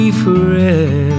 forever